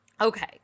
Okay